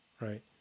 right